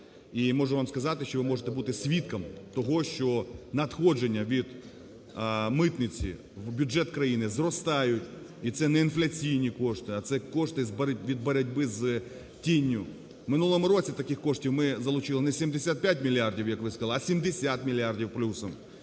і можу вам сказати, що ви можете бути свідком того, що надходження від митниці в бюджет країни зростають, і це не інфляційні кошти, а це кошти від боротьби з тінню. В минулому році таких коштів ми залучили не 75 мільярдів, як ви сказали, а 70 мільярдів плюсом.